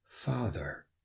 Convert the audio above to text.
Father